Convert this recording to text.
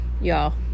y'all